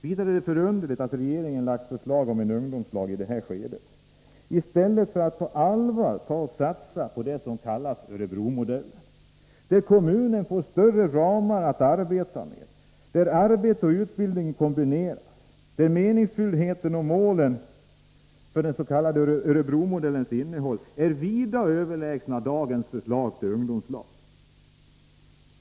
Vidare är det förunderligt att regeringen har lagt förslaget om ungdomslag i detta skede i stället för att på allvar satsa på det som kallas Örebromodellen, där kommunerna får större ramar att arbeta med än enligt nuvarande förslag och där arbete och utbildning kan kombineras. Meningsfullheten och målen för det som kallas Örebromodellen är vida överlägsna dagens förslag till ungdomslag.